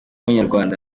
b’abanyarwanda